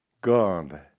God